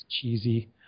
cheesy